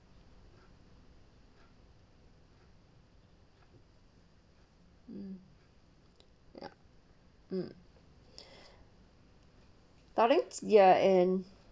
mm yup mm darlings ya and